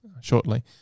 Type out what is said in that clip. shortly